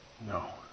No